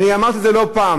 אני אמרתי את זה לא פעם,